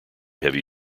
heavy